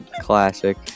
Classic